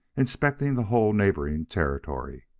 inspecting the whole neighboring territory.